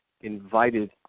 invited